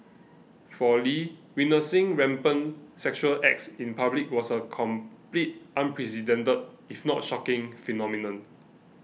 for Lee witnessing rampant sexual acts in public was a completely unprecedented if not shocking phenomenon